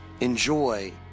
Enjoy